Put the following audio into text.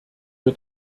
wir